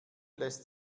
lässt